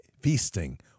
feasting